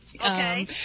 Okay